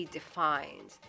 defined